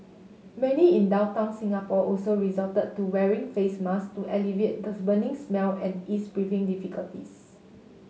many in downtown Singapore also resorted to wearing face mask to alleviate the burning smell and ease breathing difficulties